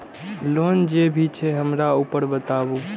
Loan जे भी छे हमरा ऊपर बताबू?